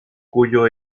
cuyo